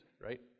right